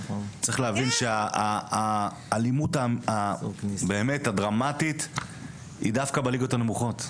צריך להבין שהאלימות הדרמטית היא דווקא בליגות הנמוכות,